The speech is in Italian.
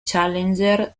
challenger